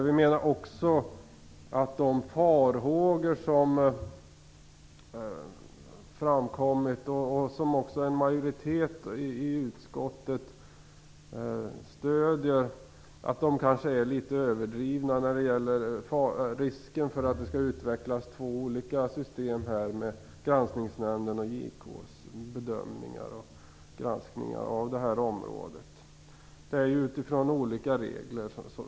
Vi menar också att de farhågor som framkommit, och som också en majoritet i utskottet stöder, kanske är litet överdrivna när det gäller risken för att det skall utvecklas två olika system med Granskningsnämndens och JK:s bedömningar och granskningar av det här området. Det skall ju ske utifrån olika regler.